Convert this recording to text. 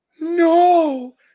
no